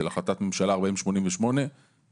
של החלטת ממשלה 4088 מ-2012.